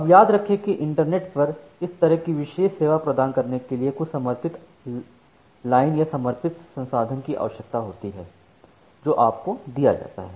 अब याद रखें कि इंटरनेट पर इस तरह की विशेष सेवा प्रदान करने के लिए कुछ समर्पित लाइन या समर्पित संसाधन की आवश्यकता होती है जो आपको दिया जाता है